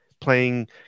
playing